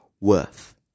worth